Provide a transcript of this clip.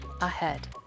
ahead